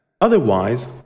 Otherwise